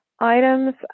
items